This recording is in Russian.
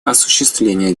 осуществления